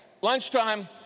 Lunchtime